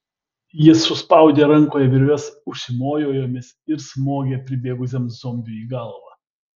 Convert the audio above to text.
jis suspaudė rankoje virves užsimojo jomis ir smogė pribėgusiam zombiui į galvą